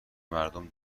مردم